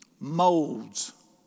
Molds